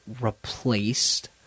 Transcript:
replaced